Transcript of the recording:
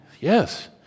yes